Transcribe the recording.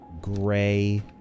gray